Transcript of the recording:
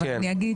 אבל אני אגיד